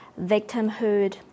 victimhood